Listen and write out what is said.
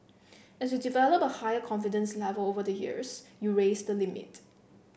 as you develop a higher confidence level over the years you raise the limit